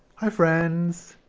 hi friends.